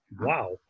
Wow